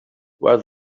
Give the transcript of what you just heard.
where